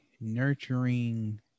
nurturing